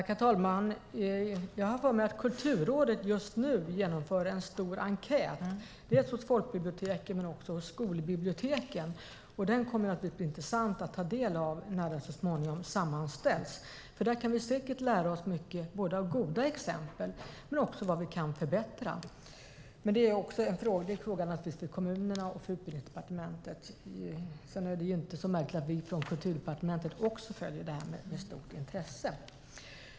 Herr talman! Jag har för mig att Kulturrådet just nu genomför en stor enkät, dels hos folkbiblioteken, dels hos skolbiblioteken. Det kommer att bli intressant att ta del av den när den så småningom sammanställs, för där kan vi säkert lära oss mycket av goda exempel men också vad vi kan förbättra. Men det är naturligtvis en fråga för kommunerna och för Utbildningsdepartementet. Sedan är det ju inte så märkligt att vi från Kulturdepartementet också följer det här med stort intresse.